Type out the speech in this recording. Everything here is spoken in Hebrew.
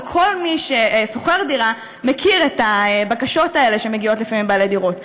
וכל מי ששוכר דירה מכיר את הבקשות האלה שמגיעות לפעמים מבעלי דירות.